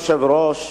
אדוני היושב-ראש,